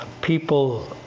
people